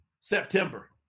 September